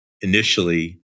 initially